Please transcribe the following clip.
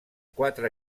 quatre